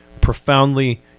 profoundly